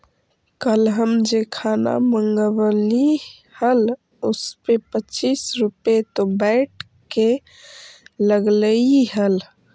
कल हम जे खाना मँगवइली हल उसपे पच्चीस रुपए तो वैट के लगलइ हल